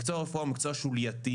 מקצוע הרפואי הוא מקצוע שולייתי,